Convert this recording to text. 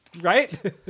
Right